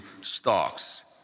stocks